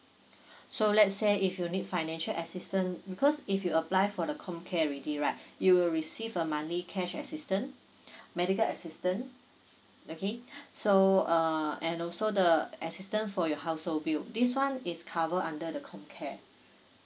so let's say if you need financial assistance because if you apply for the com care already right you will receive a monthly care assistant medical assistant okay so uh and also the assistant for your household bill this one is cover under the com care